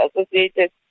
associated